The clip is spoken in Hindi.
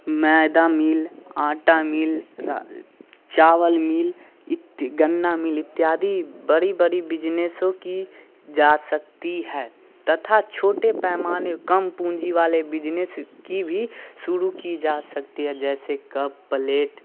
मैदा मिल आटा मिला चावल मिल गन्ना मिल इत्यादि बड़ी बड़ी बिजनेसों की जा सकती है तथा छोटे पैमाने कम पूँजी वाले बिजनेस की भी शुरू की जा सकती है जैसे कप पलेट